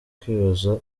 kwibaza